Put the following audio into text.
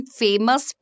famous